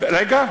רגע.